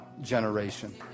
generation